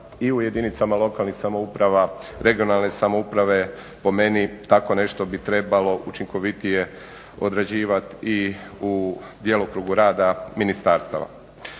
i u jedinicama lokalnih samouprave, regionalne samouprave po meni tako nešto bi trebalo učinkovitije odrađivat i u djelokrugu rada ministarstava.